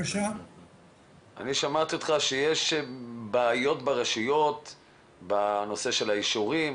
אני שמעתי ממך שיש בעיות ברשויות בנושא האישורים